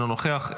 אינו נוכח.